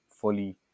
fully